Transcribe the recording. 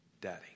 Daddy